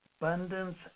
Abundance